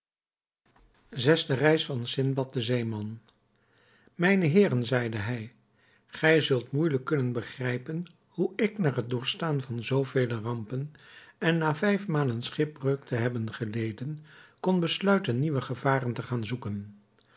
zesde reis van sindbad den zeeman mijne heeren zeide hij gij zult moeijelijk kunnen begrijpen hoe ik na het doorstaan van zoo vele rampen en na vijf malen schipbreuk te hebben geleden kon besluiten nieuwe gevaren te gaan zoeken